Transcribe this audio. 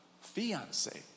fiance